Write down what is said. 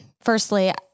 firstly